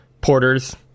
porters